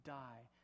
die